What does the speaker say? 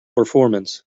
performance